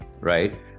right